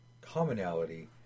commonality